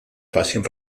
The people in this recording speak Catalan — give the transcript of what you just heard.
facin